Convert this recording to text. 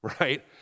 right